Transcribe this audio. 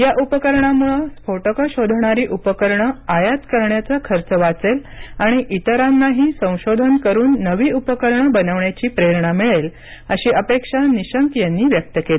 या उपकरणामुळे स्फोटकं शोधणारी उपकरणं आयात करण्याचा खर्च वाचेल आणि इतरांनाही संशोधन करुन नवी उपकरणं बनवण्याची प्रेरणा मिळेल अशी अपेक्षा निशंक यांनी व्यक्त केली